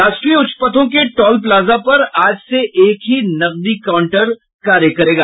राष्ट्रीय उच्च पथों के टॉल प्लाजा पर आज से एक ही नकदी काउंटर कार्य करेगा